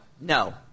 no